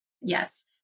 Yes